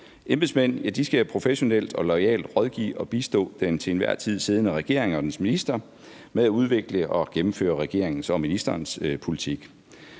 Embedsmænd skal professionelt og loyalt rådgive og bistå den til enhver tid siddende regering og dens ministre med at udvikle og gennemføre regeringen og ministerens politik.